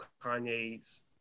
Kanye's